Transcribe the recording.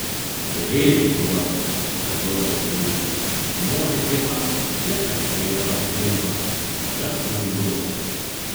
rėžė juozapas pagrobęs bliūdą movė kieman ir atsisėdo ant trinkos šalia šuns būdos